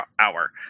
Hour